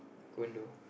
condo